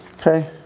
Okay